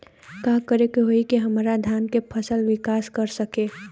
का करे होई की हमार धान के फसल विकास कर सके?